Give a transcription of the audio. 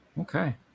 Okay